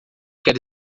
quero